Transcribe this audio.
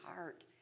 heart